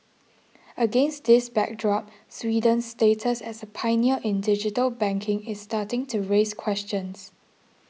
against this backdrop Sweden's status as a pioneer in digital banking is starting to raise questions